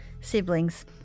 Siblings